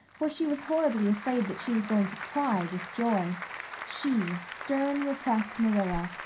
for she was horribly afraid that she was going to cry with joy she, stern, repressed marilla,